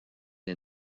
les